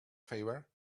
favor